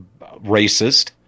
Racist